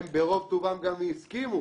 הם ברוב טובם הסכימו